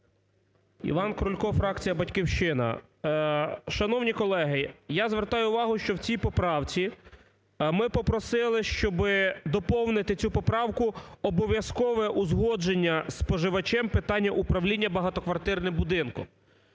Іван Крулько, фракція "Батьківщина". Шановні колеги, я звертаю увагу, що в цій поправці ми попросили, щоб доповнити цю поправку "обов'язкове узгодження з споживачем питання управління багатоквартирним будинком".